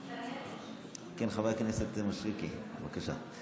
כן, חבר הכנסת מישרקי, בבקשה.